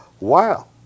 wow